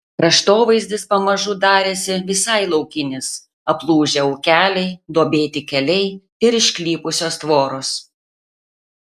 kraštovaizdis pamažu darėsi visai laukinis aplūžę ūkeliai duobėti keliai ir išklypusios tvoros